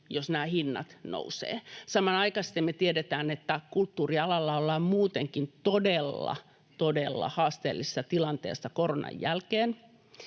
jos nämä hinnat nousevat. Samanaikaisesti me tiedetään, että kulttuurialalla ollaan muutenkin todella, todella haasteellisessa tilanteessa koronan jälkeen.